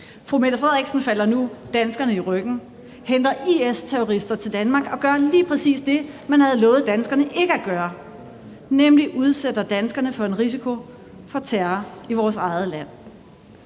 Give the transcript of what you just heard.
Fru Mette Frederiksen falder nu danskerne i ryggen, henter IS-terrorister til Danmark og gør lige præcis det, man havde lovet danskerne ikke at gøre, nemlig udsætter danskerne for en risiko for terror i vores eget land.